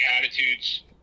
attitudes